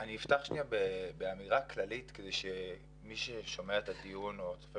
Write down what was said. אני אפתח באמירה כללית כדי שמי ששומע את הדיון או צופה